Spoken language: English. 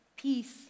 peace